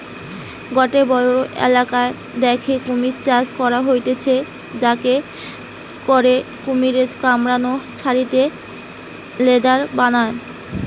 গটে বড়ো ইলাকা দ্যাখে কুমির চাষ করা হতিছে যাতে করে কুমিরের চামড়া ছাড়িয়ে লেদার বানায়